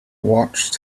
watched